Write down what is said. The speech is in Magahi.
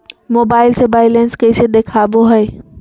मोबाइल से बायलेंस कैसे देखाबो है?